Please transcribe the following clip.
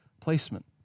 placement